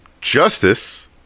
Justice